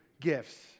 gifts